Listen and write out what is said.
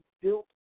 built